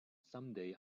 someday